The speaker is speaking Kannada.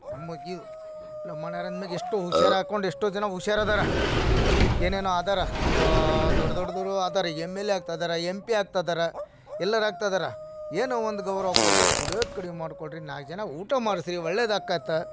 ನಮ್ಮ ಬಗ್ಗೆಯು ನಮ್ಮ ಮನೆಯವ್ರು ಅಂದ ಮೇಲೆ ಎಷ್ಟೋ ಹುಷಾರ್ ಹಾಕೊಂಡ್ ಎಷ್ಟೋ ಜನ ಹುಷಾರ್ ಇದಾರೆ ಏನೇನೊ ಆಗಿದಾರ ನಮ್ಮ ದೊಡ್ಡ ದೊಡ್ಡೋರು ಆಗಿದಾರ ಎಮ್ ಎಲ್ ಎ ಆಗ್ತಾ ಇದಾರ ಎಮ್ ಪಿ ಆಗ್ತಾ ಇದಾರ ಎಲ್ಲರು ಆಗ್ತಾ ಇದಾರ ಏನೋ ಒಂದು ಗೌರವ ಕೊಟ್ಟು ಕುಡಿಯೋದು ಕಡಿಮೆ ಮಾಡ್ಕೊಳ್ರೀ ನಾಲ್ಕು ಜನ ಊಟ ಮಾಡಿಸ್ರೀ ಒಳ್ಳೇದು ಆಗ್ತದ